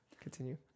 Continue